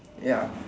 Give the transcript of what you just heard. ya